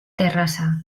terrassa